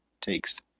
takes